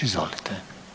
Izvolite.